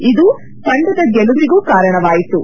ಇದು ತಂಡದ ಗೆಲುವಿಗೂ ಕಾರಣವಾಯಿತು